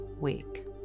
week